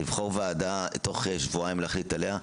לבחור ועדה תוך שבועיים ולהחליט עליה,